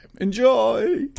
Enjoy